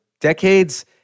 decades